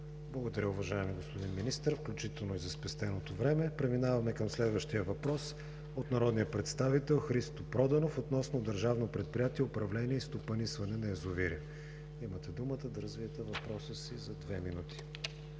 Благодаря, уважаеми господин Министър, включително и за спестеното време. Преминаваме към следващия въпрос от народния представител Христо Проданов относно Държавно предприятие „Управление и стопанисване на язовири“. Имате думата да развиете въпроса си за две минути.